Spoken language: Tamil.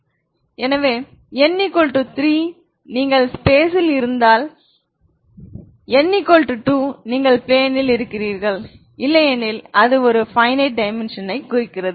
எனவே n 3 நீங்கள் ஸ்பேஸ் ல் இருந்தால் என்றால் n 2 நீங்கள் பிலேன் ல் இருக்கிறீர்கள் இல்லையெனில் அது ஒரு பய்னயிட் டைமென்ஷன் ஐ குறிக்கிறது